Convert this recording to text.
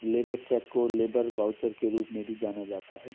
labour cheque को labour voucher के रूप में भी जाना जाता है